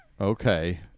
Okay